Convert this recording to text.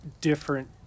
different